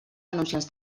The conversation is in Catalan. anunciants